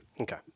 Okay